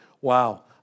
wow